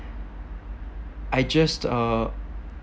I just uh